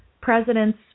presidents